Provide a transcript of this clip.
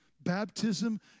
Baptism